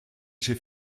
j’ai